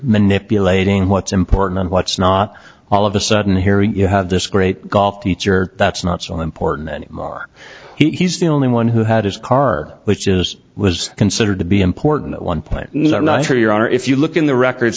manipulating what's important and what's not all of a sudden here you have this great golf teacher that's not so important anymore he's the only one who had his car which is was considered to be important at one point i'm not sure your honor if you look in the record